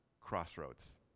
crossroads